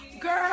girl